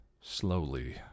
slowly